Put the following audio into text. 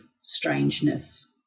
strangeness